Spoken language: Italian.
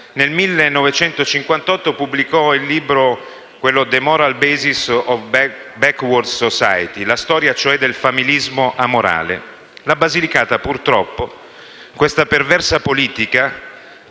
nel 1958 pubblicò il libro «The moral basis of a backword society», cioè la storia del familismo amorale. La Basilicata purtroppo questa perversa politica